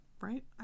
right